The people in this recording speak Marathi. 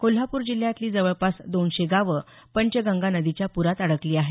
कोल्हापूर जिल्ह्यातली जवळपास दोनशे गावं पंचगंगा नदीच्या प्रात अडकली आहेत